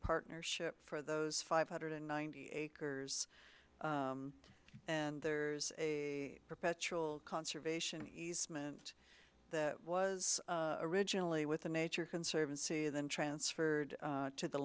partnership for those five hundred and ninety acres and there's a perpetual conservation easement that was originally with the nature conservancy then transferred to the